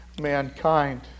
mankind